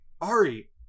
Ari